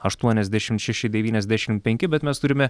aštuoniasdešim šeši devyniasdešim penki bet mes turime